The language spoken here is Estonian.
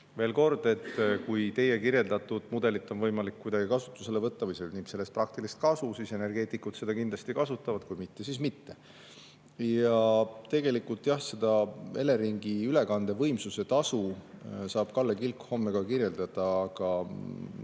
Veel kord, et kui teie kirjeldatud mudelit on võimalik kuidagi kasutusele võtta ja saada sellest praktilist kasu, siis energeetikud seda kindlasti kasutavad. Kui mitte, siis mitte. Ja tegelikult seda Eleringi ülekandevõimsuse tasu saab Kalle Kilk homme siin [selgitada], aga